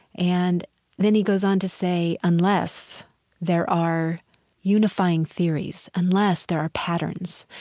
and then he goes on to say, unless there are unifying theories, unless there are patterns,